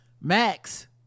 Max